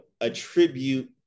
attribute